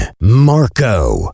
Marco